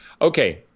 Okay